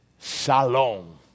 shalom